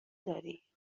داری